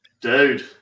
Dude